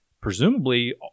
presumably